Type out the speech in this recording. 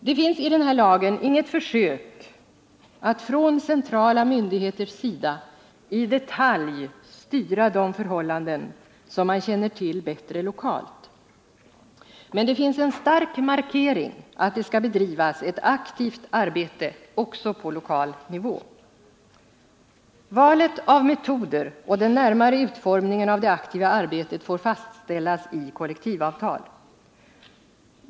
Det finns i den här lagen inget försök att från centrala myndigheters sida i detalj styra de förhållanden som man känner till bättre lokalt. Men det finns en stark markering att det skall bedrivas ett arbete också på lokal nivå. Valet av metoder och den närmare utformningen av det aktiva arbetet får fastställas i kollektivavtal.